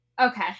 Okay